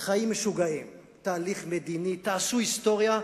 חיים משוגעים, תהליך מדיני, תעשו היסטוריה.